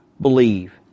believe